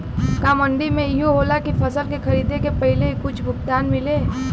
का मंडी में इहो होला की फसल के खरीदे के पहिले ही कुछ भुगतान मिले?